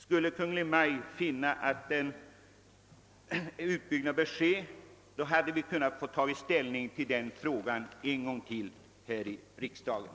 Skulle Kungl. Maj:t finna att en utbyggnad bör göras kunde vi få ta ställning till den frågan en gång till här i riksdagen.